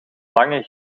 lange